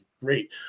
great